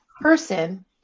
person